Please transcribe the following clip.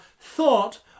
thought